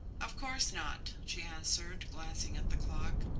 of course not, she answered, glancing at the clock.